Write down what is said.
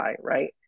right